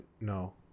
No